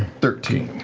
thirteen.